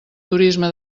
turisme